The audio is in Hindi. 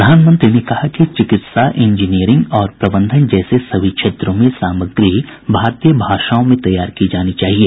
प्रधानमंत्री ने कहा कि चिकित्सा इंजीनियरिंग और प्रबंधन जैसे सभी क्षेत्रों में सामग्री भारतीय भाषाओं में तैयार की जानी चाहिए